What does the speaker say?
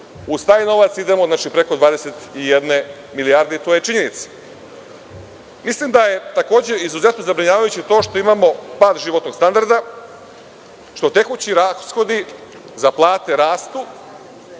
uz taj novac idemo na preko 21 milijardu i to je činjenica. Mislim da je takođe izuzetno zabrinjavajuće to što imamo pad životnog standarda, što tekući rashodi za plate rastu